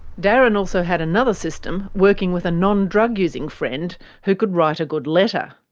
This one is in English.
darren also had another system, working with a non-drug using friend who could write a good letter.